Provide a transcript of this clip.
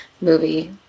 movie